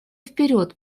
вперед